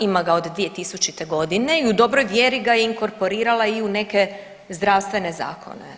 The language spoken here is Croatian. Ima ga od 2000. godine i u dobroj vjeri ga je inkorporirala i u neke zdravstvene zakone.